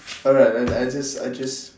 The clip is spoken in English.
alright alright I just I just